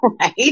Right